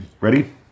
Ready